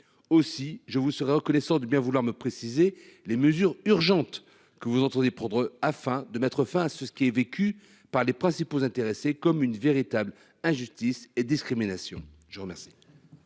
Aussi je vous serez reconnaissant de bien vouloir me préciser les mesures urgentes que vous entendez prendre afin de mettre fin à ce, ce qui est vécu par les principaux intéressés comme une véritable injustice et discrimination. Je vous remercie.